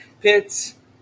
pits